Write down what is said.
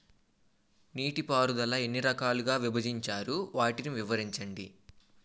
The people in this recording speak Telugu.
నీటిపారుదల ఎన్ని రకాలుగా విభజించారు? వాటి వివరించండి?